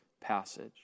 passage